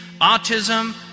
autism